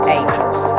Angels